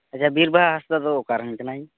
ᱟᱪᱪᱷᱟ ᱵᱤᱨᱵᱟᱦᱟ ᱦᱟᱸᱥᱫᱟ ᱫᱚ ᱚᱠᱟ ᱨᱮᱱ ᱠᱟᱱᱟᱭ